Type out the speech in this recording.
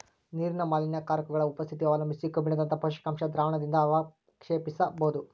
ನೀರಿನ ಮಾಲಿನ್ಯಕಾರಕಗುಳ ಉಪಸ್ಥಿತಿ ಅವಲಂಬಿಸಿ ಕಬ್ಬಿಣದಂತ ಪೋಷಕಾಂಶ ದ್ರಾವಣದಿಂದಅವಕ್ಷೇಪಿಸಬೋದು